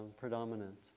predominant